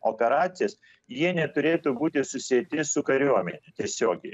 operacijas jie neturėtų būti susieti su kariuomene tiesiogiai